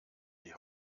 die